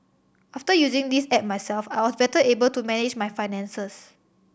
after using this app myself I was better able to manage my finances